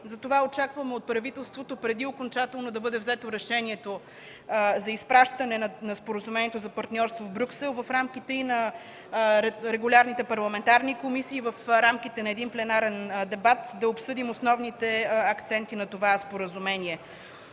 Затова очаквам от правителството преди окончателно да бъде взето решението за изпращане на Споразумението за партньорство в Брюксел в рамките и на регулярните парламентарни комисии, в рамките на един парламентарен дебат да обсъдим основните акценти на това споразумение.